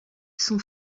son